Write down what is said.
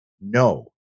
no